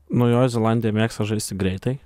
naujoji zelandija mėgsta žaisti greitai